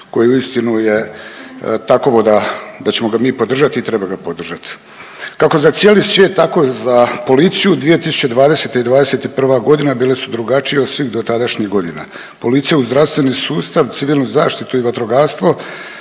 koje uistinu je takovo da, da ćemo ga mi podržati i treba ga podržati. Kako za cijeli svijet, tako i za policiju, 2020. i '21. g. bile su drugačije od svih dotadašnjih godina. Policija, uz zdravstveni sustav, civilnu zaštitu i vatrogastvo